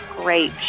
great